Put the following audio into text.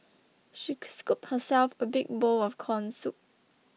she scooped herself a big bowl of Corn Soup